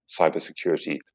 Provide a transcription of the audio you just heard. cybersecurity